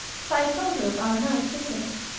so i told her of our night visitor.